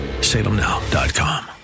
salemnow.com